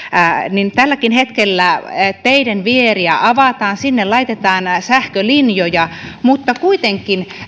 niin tälläkin hetkellä teiden vieriä avataan sinne laitetaan sähkölinjoja mutta kuitenkin